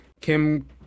Kim